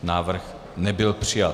Návrh nebyl přijat.